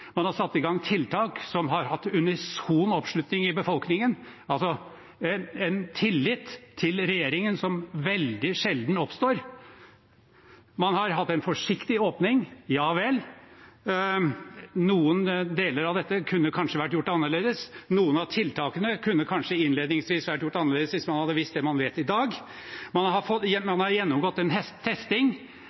Man har satt i gang tiltak som har hatt unison oppslutning i befolkningen. Det er altså en tillit til regjeringen som veldig sjelden oppstår. Man har hatt en forsiktig åpning. Ja vel, noen deler av dette kunne kanskje ha vært gjort annerledes – noen av tiltakene kunne kanskje innledningsvis ha vært gjort annerledes hvis man hadde visst det man vet i dag. Man har gjennomgått en testing, og man har nå etter hvert iverksatt en